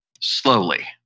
Slowly